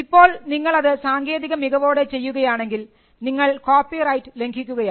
ഇപ്പോൾ നിങ്ങൾ അത് സാങ്കേതികമികവോടെ ചെയ്യുകയാണെങ്കിൽ നിങ്ങൾ കോപ്പിറൈറ്റ് ലംഘിക്കുകയാണ്